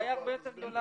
הבעיה הרבה יותר גדולה.